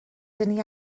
dani